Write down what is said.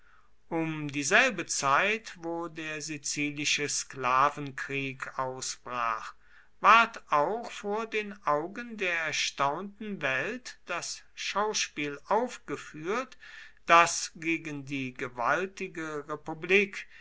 um dieselbe zeit wo der sizilische sklavenkrieg ausbrach ward auch vor den augen der erstaunten welt das schauspiel aufgeführt daß gegen die gewaltige republik